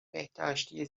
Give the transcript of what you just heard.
بهداشتی